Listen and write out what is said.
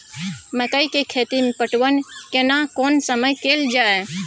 मकई के खेती मे पटवन केना कोन समय कैल जाय?